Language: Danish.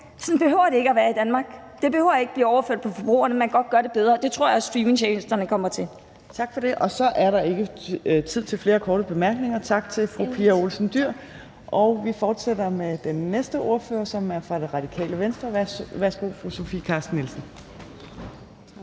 det behøver at være i Danmark. Det behøver ikke blive overført på forbrugerne; man kan godt gøre det bedre, og det tror jeg også at streamingtjenesterne kommer til. Kl. 13:37 Tredje næstformand (Trine Torp) : Tak for det. Så er der ikke tid til flere korte bemærkninger. Tak til fru Pia Olsen Dyhr. Vi fortsætter med den næste ordfører, som er fra Radikale Venstre. Værsgo, fru Sofie Carsten Nielsen. Kl.